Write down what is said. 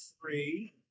three